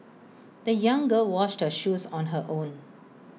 the young girl washed her shoes on her own